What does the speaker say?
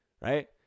right